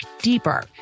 deeper